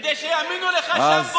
כדי שיאמינו לך שם,